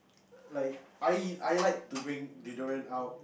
like I I like to bring deodorant out